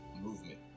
movement